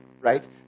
right